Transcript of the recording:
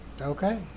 Okay